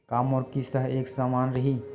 का मोर किस्त ह एक समान रही?